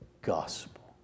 gospel